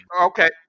Okay